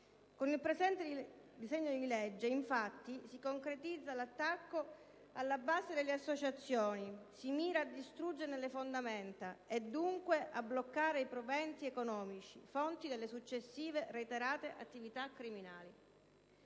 Con il presente disegno di legge, infatti, si concretizza l'attacco alla «base» delle associazioni, si mira cioè a distruggerne le fondamenta e, dunque, a bloccarne i proventi economici, fonti delle successive reiterate attività criminali.